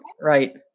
right